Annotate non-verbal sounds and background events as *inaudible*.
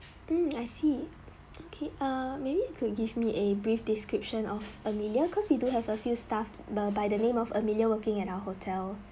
mm *noise* I see okay err maybe you could give me a brief description of amelia cause we do have a few staff by by the name of amelia working at our hotel